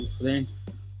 friends